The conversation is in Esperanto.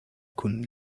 kun